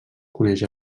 coneix